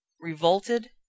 Revolted